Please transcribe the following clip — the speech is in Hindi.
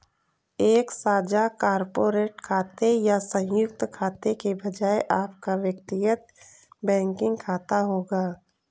एक साझा कॉर्पोरेट खाते या संयुक्त खाते के बजाय आपका व्यक्तिगत बैंकिंग खाता होगा